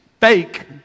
fake